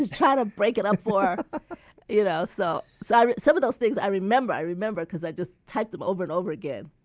was trying to break it up for you know so so her. some of those things i remember i remember because i typed them over and over again.